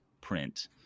print